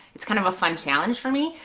it's kind of a fun challenge for me.